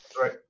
right